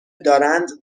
دارند